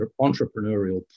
entrepreneurial